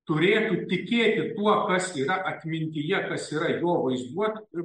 turėtų tikėti tuo kas yra atmintyje kas yra jo vaizduotėje